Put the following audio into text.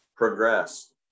progress